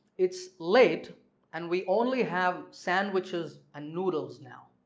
it's late and we only have sandwiches and noodles now.